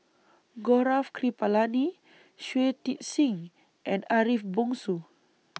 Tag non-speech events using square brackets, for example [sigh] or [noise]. Gaurav Kripalani Shui Tit Sing and Ariff Bongso [noise]